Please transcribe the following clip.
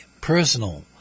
personal